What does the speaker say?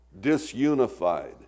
disunified